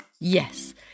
Yes